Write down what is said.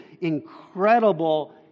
incredible